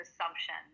assumption